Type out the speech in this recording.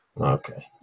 Okay